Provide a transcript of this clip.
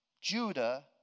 Judah